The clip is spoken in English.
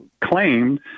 claimed